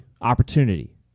opportunity